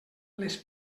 les